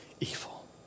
evil